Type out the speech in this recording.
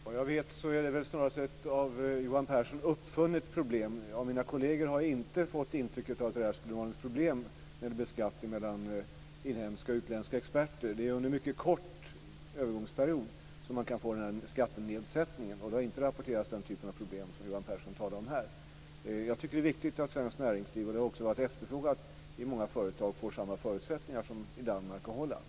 Herr talman! Vad jag vet är detta väl snarast ett av Johan Pehrson uppfunnet problem. Av mina kolleger har jag inte fått intrycket att det skulle vara något problem när det gäller beskattning av utländska och inhemska experter. Det är under en mycket kort övergångsperiod som man kan få den här skattenedsättningen. Det har inte rapporterats den typen av problem som Johan Pehrson talar om. Jag tycker att det är viktigt att svenskt näringsliv får samma förutsättningar som man har i Danmark och Holland. Det har också varit efterfrågat i många företag.